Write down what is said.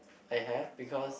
I have because